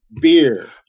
beer